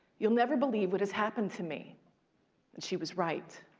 you'll never believe what has happened to me, and she was right.